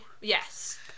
Yes